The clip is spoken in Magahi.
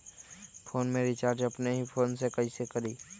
फ़ोन में रिचार्ज अपने ही फ़ोन से कईसे करी?